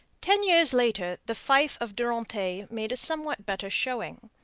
ten years later the fief of durantaye made a somewhat better showing.